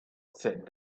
sat